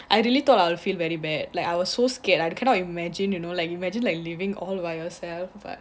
I really thought I will feel very bad like I was so scared I cannot imagine you know like you imagine like living all by yourself but